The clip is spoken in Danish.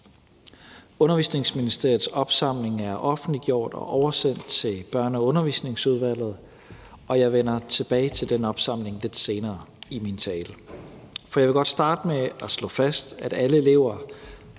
Undervisningsministeriets opsamling er offentliggjort og oversendt til Børne- og Undervisningsudvalget, og jeg vender tilbage til den opsamling lidt senere i min tale. Jeg vil godt starte med at slå fast, at alle elever